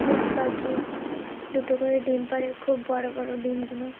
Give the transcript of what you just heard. উঠ পাখি দুটো করে ডিম পাড়ে খুব বড়ো বড়ো ডিমগুলো